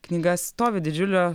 knyga stovi didžiulė